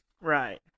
Right